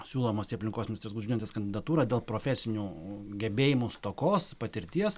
siūlomos į aplinkos ministres gudžiūnaitės kandidatūrą dėl profesinių gebėjimų stokos patirties